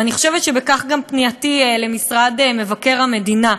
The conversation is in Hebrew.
ואני חושבת שזו גם פנייתי למשרד מבקר המדינה.